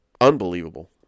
Unbelievable